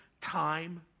time